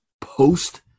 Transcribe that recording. post